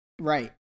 Right